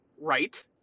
right